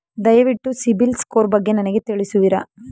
ದಯವಿಟ್ಟು CIBIL score ಬಗ್ಗೆ ನನಗೆ ತಿಳಿಸುವಿರಾ?